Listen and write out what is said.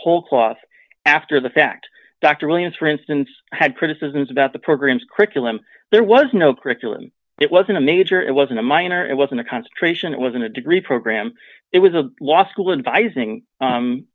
whole cloth after the fact dr williams for instance had criticisms about the programs krikalev there was no curriculum it wasn't a major it wasn't a minor it wasn't a concentration it wasn't a degree program it was a law school and by using